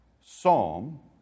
psalm